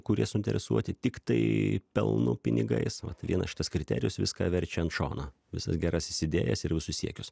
kurie suinteresuoti tiktai pelnu pinigais vat vienas šitas kriterijus viską verčia ant šono visas gerąsias idėjas ir visus siekius